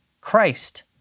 Christ